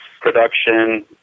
production